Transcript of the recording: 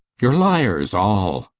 you're liars all.